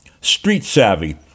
street-savvy